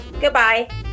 Goodbye